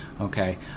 okay